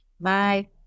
Bye